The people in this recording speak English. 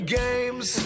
games